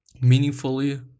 meaningfully